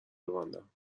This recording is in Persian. ببندم